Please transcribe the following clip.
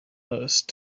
those